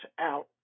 out